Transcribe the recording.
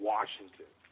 Washington